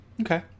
Okay